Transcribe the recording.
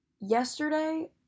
yesterday